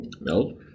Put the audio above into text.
No